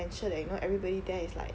ensure that you know everybody there is like